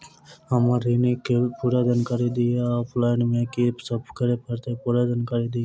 हम्मर ऋण केँ पूरा जानकारी दिय आ ऑफलाइन मे की सब करऽ पड़तै पूरा जानकारी दिय?